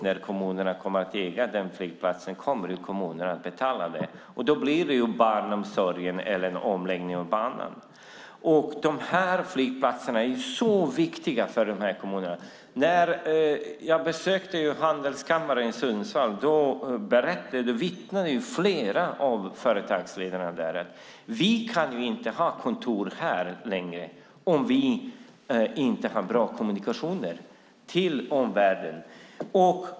När kommunen äger flygplatsen kommer ju kommunen att betala det. Då står det mellan barnomsorgen eller en omläggning av banan. Flygplatserna är väldigt viktiga för kommunerna. När jag besökte handelskammaren i Sundsvall sade flera av företagsledarna att de inte kan ha kontor där längre om de inte har bra kommunikationer med omvärlden.